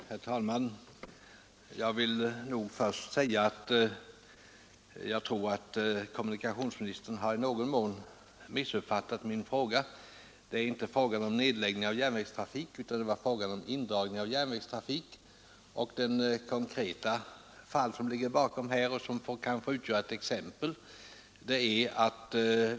Herr talman! Jag vill först säga att jag tror att kommunikationsministern har i någon mån missuppfattat min fråga. Det gäller inte nedläggning av järnvägstrafik utan indragning av järnvägstrafik. Det konkreta fall som ligger bakom min fråga kanske kan få utgöra ett exempel.